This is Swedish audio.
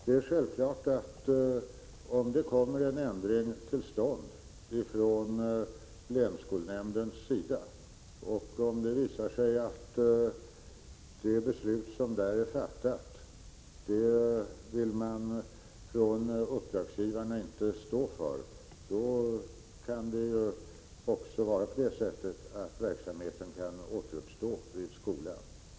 Om en ändring kommer till stånd inom länsskolnämnden och om det visar sig att man från uppdragsgivarnas sida inte vill stå för det beslut som här är fattat, kan det självfallet bli så att verksamheten vid skolan kan återuppstå.